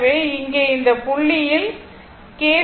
எனவே இங்கே இந்த புள்ளியில் கே